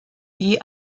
wie